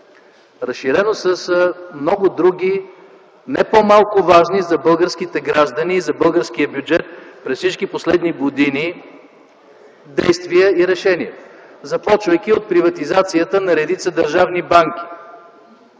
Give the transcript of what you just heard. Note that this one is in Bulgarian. разширено с много други, не по-малко важни за българските граждани и за българския бюджет през всички последни години действия и решения, започвайки от приватизацията на редица държавни банки,